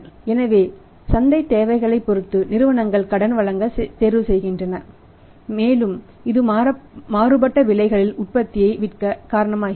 எனவே சந்தை தேவைகளைப் பொறுத்து நிறுவனங்கள் கடன் வழங்கத் தேர்வுசெய்கின்றன மேலும் இது மாறுபட்ட விலைகளில் உற்பத்தியை விற்க காரணமாகிறது